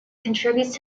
contributes